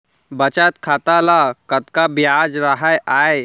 बचत खाता ल कतका ब्याज राहय आय?